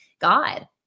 God